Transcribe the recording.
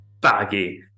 baggy